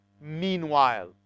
meanwhile